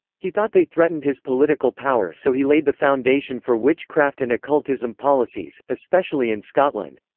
he thought they threatened his political power so he laid the foundation for witchcraft and occultism policies, especially in scotland.